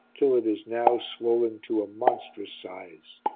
till it is now swollen to a monstrous size.